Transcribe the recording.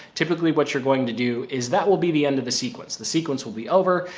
typically what you're going to do is that will be the end of the sequence. the sequence will be over.